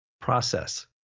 process